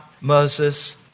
Moses